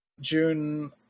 June